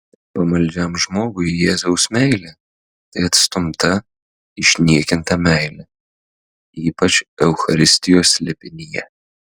pamaldžiam žmogui jėzaus meilė tai atstumta išniekinta meilė ypač eucharistijos slėpinyje